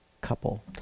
couple